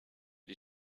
die